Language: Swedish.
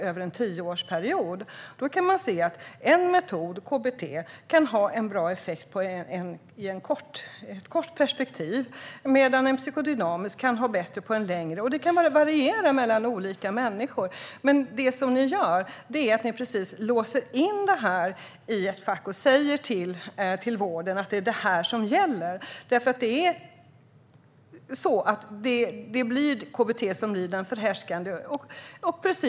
Där har man sett att en metod, till exempel KBT, kan ha bra effekt i ett kort perspektiv, medan en psykodynamisk metod kan ha bättre effekt på längre sikt. Detta kan variera mellan olika människor. Ni låser in detta i ett fack och säger till vården att just detta är vad som gäller. KBT blir den förhärskande metoden.